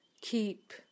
keep